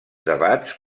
debats